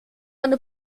eine